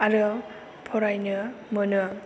आरो फरायनो मोनो